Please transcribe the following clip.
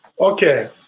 Okay